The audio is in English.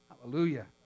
Hallelujah